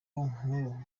nkuru